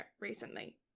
recently